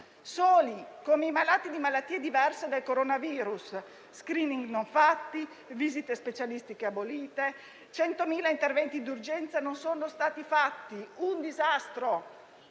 soli, come i malati di malattie diverse dal coronavirus. *Screening* non fatti, visite specialistiche abolite e 100.000 interventi di urgenza non fatti: insomma, un disastro.